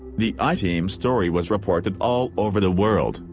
the i-team story was reported all over the world,